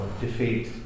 defeat